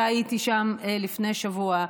הייתי שם לפני שבוע,